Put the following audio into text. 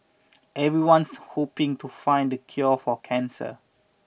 everyone's hoping to find the cure for cancer